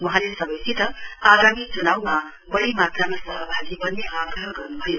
वहाँले सवैसित आगामी चुनाउमा वढ़ी मात्रामा सहभागी वन्ने आग्रह गर्नुभयो